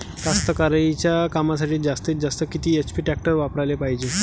कास्तकारीच्या कामासाठी जास्तीत जास्त किती एच.पी टॅक्टर वापराले पायजे?